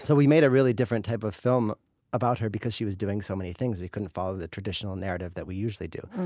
so we made a different type of film about her because she was doing so many things. we couldn't follow the traditional narrative that we usually do.